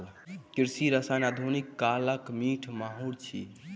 कृषि रसायन आधुनिक कालक मीठ माहुर अछि